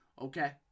okay